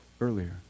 earlier